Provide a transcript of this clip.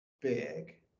big